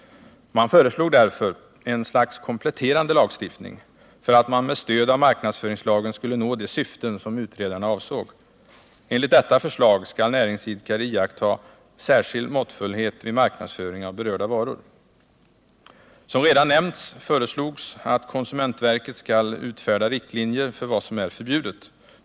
De föreslog därför ett slags kompletterande lagstiftning, varvid man med stöd av marknadsföringslagen skulle nå de syften som utredarna avsåg. Enligt detta förslag skall näringsidkare iaktta särskild måttfullhet vid marknadsföring av berörda varor. Som redan nämnts föreslogs att konsumentverket skall utfärda riktlinjer för vad som är förbjudet.